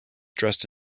dressed